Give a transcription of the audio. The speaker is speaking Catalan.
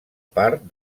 part